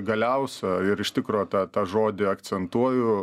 galiausia ir iš tikro tą tą žodį akcentuoju